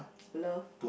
love